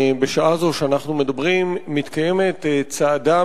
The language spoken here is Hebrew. בשעה זו שאנחנו מדברים מתקיימת צעדה